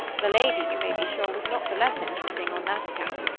the lady, you may be sure, was not the less interesting on that account.